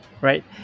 right